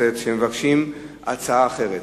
כנסת שמבקשים הצעה אחרת.